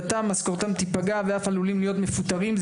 משכורתם תיפגע ואף עלולים להיות מפוטרים.